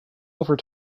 over